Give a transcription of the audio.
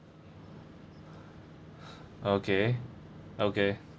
okay okay